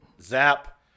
zap